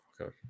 Okay